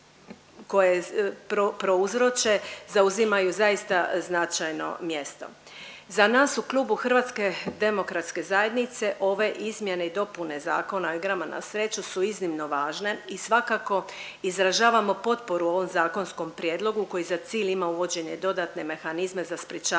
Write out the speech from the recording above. koje prouzroče, zauzimaju zaista značajno mjesto. Za nas u Klubu HDZ-a ove izmjene i dopune Zakona o igrama na sreću su iznimno važne i svakako izražavamo potporu ovom zakonskom prijedlogu koji za cilj ima uvođenje i dodatne mehanizme za sprječavanje